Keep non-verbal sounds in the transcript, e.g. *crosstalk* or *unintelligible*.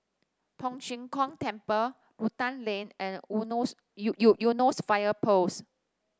Tong Tien Kung Temple Rotan Lane and *unintelligible* Eunos Fire Post